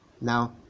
Now